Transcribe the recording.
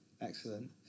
excellent